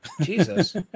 Jesus